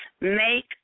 Make